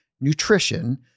nutrition